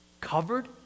covered